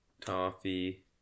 toffee